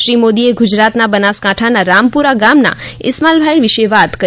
શ્રી મોદીએ ગુજરાતના બનાસકાંઠાના રામપુરા ગામના ઇસ્માઇલભાઈ વિશે વાત કરી